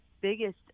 biggest